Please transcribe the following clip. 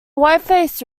whiteface